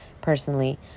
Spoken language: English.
personally